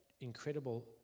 incredible